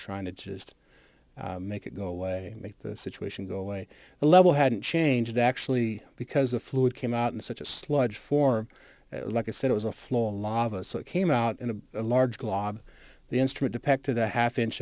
trying to just make it go away make the situation go away the level hadn't changed actually because the fluid came out in such a sludge form like i said it was a floor lava so it came out in a large glob the instrument impacted a half inch